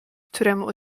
któremu